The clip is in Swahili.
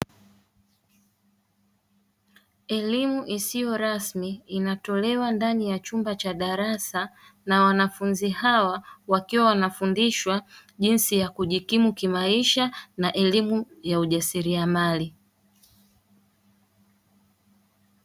Elimu isiyo rasmi inatolewa ndani ya chumba cha darasa na wanafunzi hawa wakiwa wanafundishwa jinsi ya kujikimu kimaisha na elimu ya ujasiriamali.